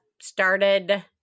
started